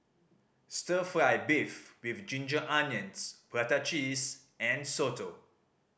Stir Fry beef with ginger onions prata cheese and soto